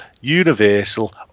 Universal